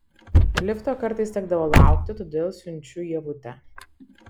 lifto kartais tekdavo laukti todėl siunčiu ievutę